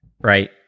right